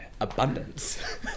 abundance